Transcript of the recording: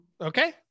Okay